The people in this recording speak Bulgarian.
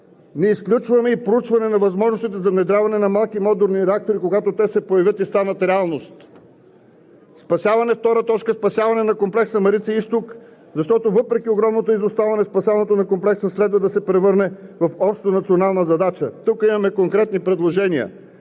Не изключваме и проучване на възможностите за внедряване на малки модулни реактори, когато те се появят и станат реалност. Второ, спасяване на комплекса „Марица изток“, защото въпреки огромното изоставане, спасяването на комплекса следва да се превърне в общонационална задача. Тук имаме конкретни предложения,